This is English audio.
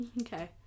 Okay